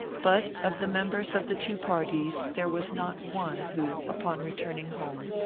but of the members of the two parties there was not one who, upon returning home,